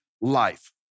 life